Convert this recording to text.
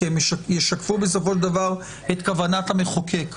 כי הם ישקפו בסופו של דבר את כוונת המחוקק.